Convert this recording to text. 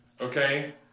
okay